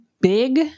big